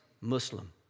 Muslim